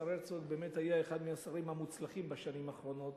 השר הרצוג באמת היה אחד מהשרים המוצלחים בשנים האחרונות,